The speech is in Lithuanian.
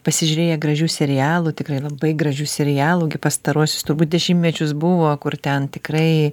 pasižiūrėję gražių serialų tikrai labai gražių serialų gi pastaruosius turbūt dešimtmečius buvo kur ten tikrai